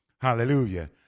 Hallelujah